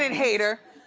and hater.